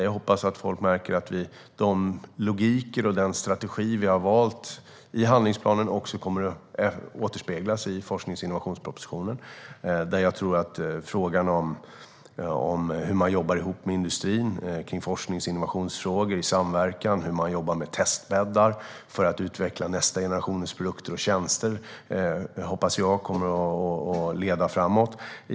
Jag hoppas att folk märker att den logik och strategi vi har valt i handlingsplanen också kommer att återspeglas i forsknings och innovationspropositionen. Frågan om hur man samverkar med industrin i frågor om forskning och innovation, hur man jobbar med testbäddar för att utveckla nästa generations produkter och tjänster, hoppas jag kommer att leda framåt.